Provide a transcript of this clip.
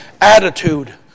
attitude